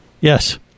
Yes